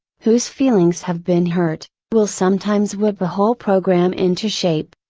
whose feelings have been hurt, will sometimes whip a whole program into shape,